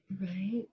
Right